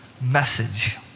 message